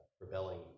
rebelling